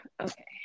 okay